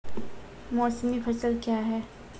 मौसमी फसल क्या हैं?